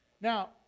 now